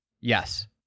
yes